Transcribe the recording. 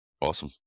Awesome